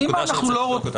זו נקודה שצריך לבדוק.